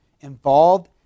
involved